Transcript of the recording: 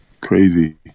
Crazy